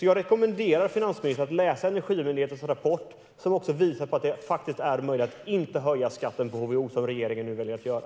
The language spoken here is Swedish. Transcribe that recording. Jag rekommenderar alltså finansministern att läsa Energimyndighetens rapport, som också visar att det faktiskt är möjligt att inte höja skatten på HVO som regeringen nu väljer att göra.